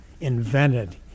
invented